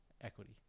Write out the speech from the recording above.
equity